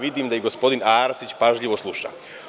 Vidim da i gospodin Arsić pažljivo sluša.